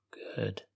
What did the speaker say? good